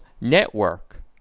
*Network*